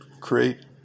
create